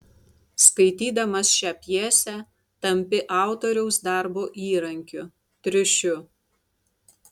skaitydamas šią pjesę tampi autoriaus darbo įrankiu triušiu